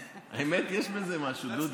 האמת, יש בזה משהו, דודי.